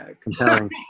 compelling